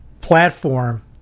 platform